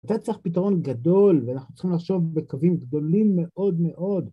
אתה צריך פתרון גדול ואנחנו צריכים לחשוב בקווים גדולים מאוד מאוד